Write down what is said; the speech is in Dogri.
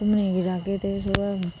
नेई जाहगे ते